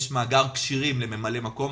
יש מאגר כשירים של ממלאי מקום.